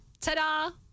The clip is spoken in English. ta-da